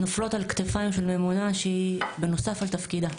נופלות על כתפיים של ממונה שהיא בנוסף על תפקידה.